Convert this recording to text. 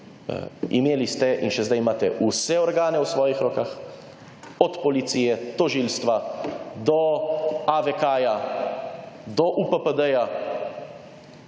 Imeli ste in še sedaj imate vse organe v svojih rokah, od policije, tožilstva do AVK do UPPD-ja,